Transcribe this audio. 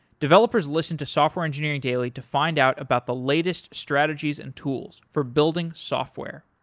developers listen to software engineering daily to find out about the latest strategies and tools for building software.